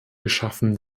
geschaffen